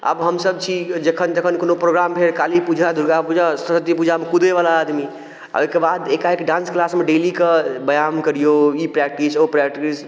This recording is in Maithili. आब हमसब छी जखन जखन कोनो प्रोग्राम भेल काली पूजा दुर्गा पूजा सरस्वती पूजा मे कुदै बला आदमी ओहिके बाद एकाएक डांस क्लासमे डेली कऽ ब्यायाम करियौ ई प्रैक्टिस ओ प्रैक्टिस